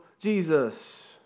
Jesus